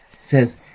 says